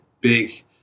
big